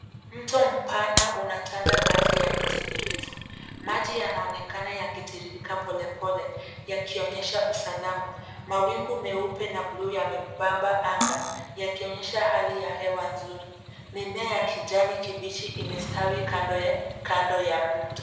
Mto mpana unatanda kati ya miti mirefu. Maji yanaonekana yakitirikrika polepole, yakionyesha usalama. Mawingu meupe na buluu yamepamba anga yakionyesha hali ya hewa nzuri. Mimea ya kijani kibichi imestawi kando ya mto.